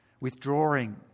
withdrawing